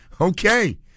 okay